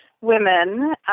women